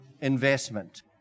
investment